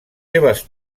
seves